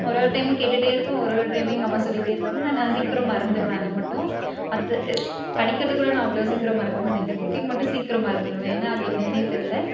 ஒரு ஒரு டைமும் கேட்டுகிட்டே இருப்பேன் ஒரு ஒரு டைமும் எங்கள் அம்மா சொல்லிகிட்டே இருப்பாங்க ஆனால் நான் சீக்கிரம் மறந்துடுவேன் அதை மட்டும் மற்ற படிக்கிறதை கூட நான் அவ்வளோ சீக்கிரம் மறக்க மாட்டேன் இந்த குக்கிங் மட்டும் சீக்கிரம் மறந்துவிடுவேன் ஏன்னால் அது என்னென்னெ தெரியல